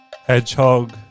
hedgehog